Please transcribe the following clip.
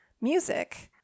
music